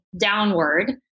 downward